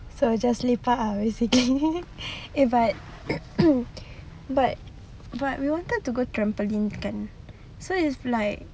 so just lepak lah basically eh but but we wanted to go trampoline kan so it's like